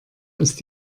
ist